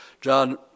John